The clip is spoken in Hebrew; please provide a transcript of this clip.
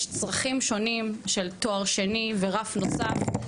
צרכים שונים של תואר שני ורף נוסף,